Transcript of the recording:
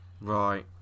Right